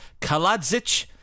Kaladzic